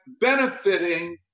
benefiting